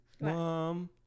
mom